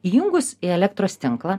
įjungus į elektros tinklą